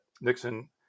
Nixon